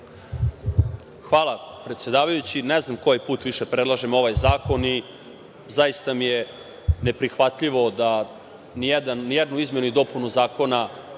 Hvala, predsedavajući. Ne znam koji put više predlažem ovaj zakon. Zaista mi je neprihvatljivo da nijednu izmenu i dopunu zakona